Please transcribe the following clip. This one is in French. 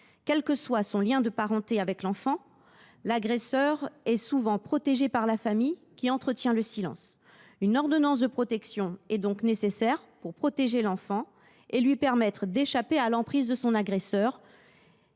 Quel que soit son lien de parenté avec l’enfant, l’agresseur est souvent protégé par la famille, qui veille à ce que le silence ne soit pas rompu. Une ordonnance de protection est donc nécessaire pour protéger l’enfant et lui permettre d’échapper à l’emprise de son agresseur,